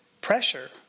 pressure